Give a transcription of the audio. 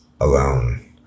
alone